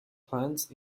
plants